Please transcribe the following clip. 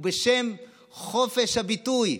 ובשם חופש הביטוי.